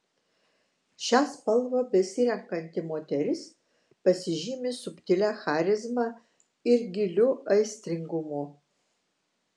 šią spalvą besirenkanti moteris pasižymi subtilia charizma ir giliu aistringumu